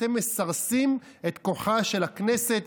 אתם מסרסים את כוחה של הכנסת,